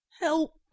Help